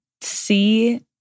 see